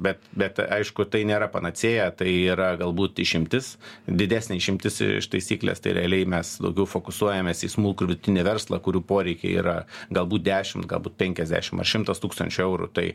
bet bet aišku tai nėra panacėja tai yra galbūt išimtis didesnė išimtis iš taisyklės tai realiai mes daugiau fokusuojamės į smulkų ir vidutinį verslą kurių poreikiai yra galbūt dešimt galbūt penkiasdešimt ar šimtas tūkstančių eurų tai